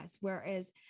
whereas